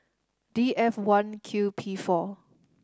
D F one Q P four